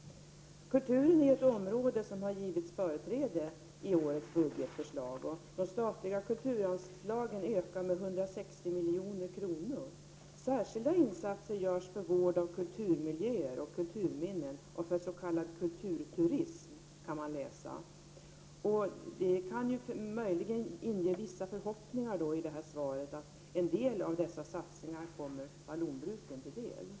Kulturen är ett område som har givits företräde i årets budgetförslag, och de statliga kulturanslagen ökar med 160 milj.kr. Särskilda insatser görs för vård av kulturmiljöer och kulturminnen och för s.k. kulturturism, kan man läsa. Det kan möjligen inge vissa förhoppningar, i samband med det här svaret, om att en del av dessa satsningar kommer vallonbruken till del.